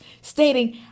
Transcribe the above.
stating